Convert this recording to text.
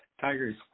Tigers